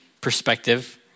perspective